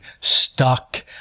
stuck